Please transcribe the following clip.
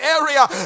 area